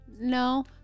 No